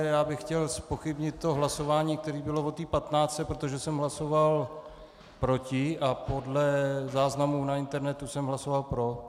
Já bych chtěl zpochybnit to hlasování, které bylo o té patnáctce, protože jsem hlasoval proti a podle záznamu na internetu jsem hlasoval pro.